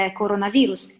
coronavirus